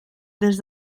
des